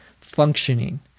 functioning